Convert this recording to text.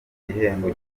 igihembo